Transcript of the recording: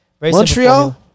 Montreal